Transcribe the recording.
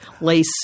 Lace